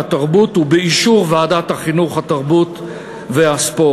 באישור ועדת החינוך, התרבות והספורט.